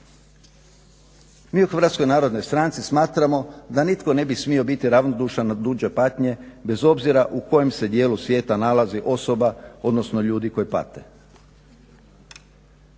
Mi u Hrvatskoj narodnoj stranci smatramo da nitko ne bi smio biti ravnodušan na tuđe patnje bez obzira u kojem se dijelu svijeta nalazi osoba, odnosno ljudi koji pate.